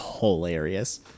hilarious